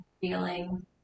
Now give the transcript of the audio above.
feeling